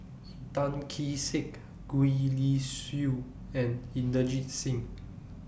Tan Kee Sek Gwee Li Sui and Inderjit Singh